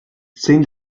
zein